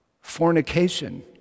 fornication